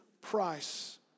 price